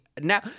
now